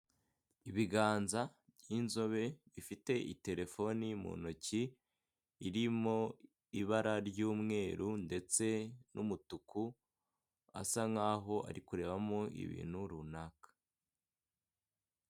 Ibiganza by'inzobe bifite itelefoni mu ntoki irimo ibara ry'umweru ndetse n'umutuku asa nkaho arikurebamo ibintu runaka.